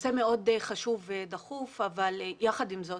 נושא מאוד חשוב ודחוף, אבל יחד עם זאת